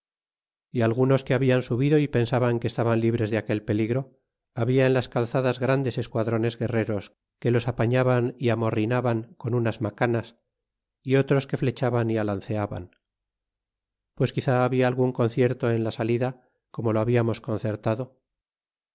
y algunos que hablan subido y pensaban que estaban libres de aquel peligro habla en las calzadas grandes esquadrones guerreros que los apanaban amorrinaban con unas macanas y otros que flechaban y alanceaban pues quizá habla algun concierto en la salida como lo habiamos concertado